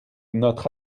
notre